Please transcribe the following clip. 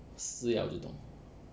si yao 我就懂